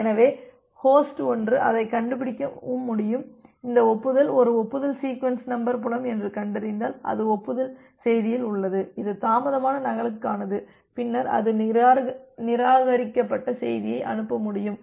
எனவே ஹோஸ்ட் 1 அதைக் கண்டுபிடிக்க முடியும் இந்த ஒப்புதல் ஒரு ஒப்புதல் சீக்வென்ஸ் நம்பர் புலம் என்று கண்டறிந்தால் அது ஒப்புதல் செய்தியில் உள்ளது இது தாமதமான நகலுக்கானது பின்னர் அது நிராகரிக்கப்பட்ட செய்தியை அனுப்ப முடியும்